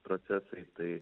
procesai tai